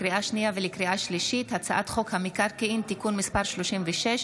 לקריאה שנייה ולקריאה שלישית: הצעת חוק המקרקעין (תיקון מס' 36),